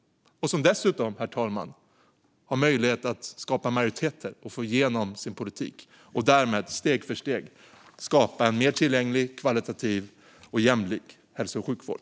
Dessutom har regeringen möjlighet att samla en majoritet för och få igenom sin politik, herr talman, och därmed steg för steg skapa en mer tillgänglig, högkvalitativ och jämlik hälso och sjukvård.